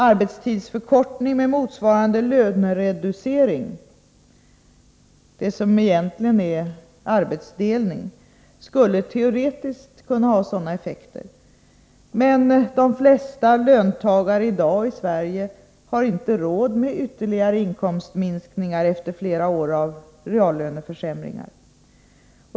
Arbetstidsförkortning med motsvarande lönereducering, det som egentligen är arbetsdelning, skulle teoretiskt kunna ha sådana effekter, men de flesta löntagare i Sverige har i dag inte råd med ytterligare inkomstminskningar efter flera år av reallöneförsämringar.